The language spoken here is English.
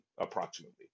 approximately